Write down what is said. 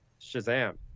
Shazam